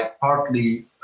partly